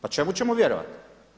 Pa čemu ćemo vjerovati?